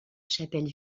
chapelle